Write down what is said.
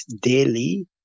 daily